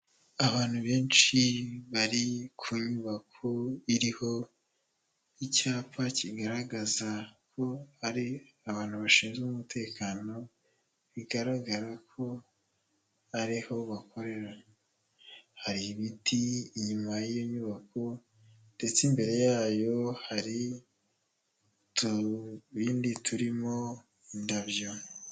Abantu benshi bari ku nyubako iriho icyapa kigaragaza ko ari abantu bashinzwe umutekano, bigaragara ko ariho bakorera, hari ibiti inyuma y'iyo nyubako ndetse imbere yayo hari utubindi turimo indabyo.